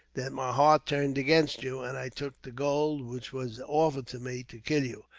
that my heart turned against you, and i took the gold which was offered to me to kill you.